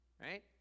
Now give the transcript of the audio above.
right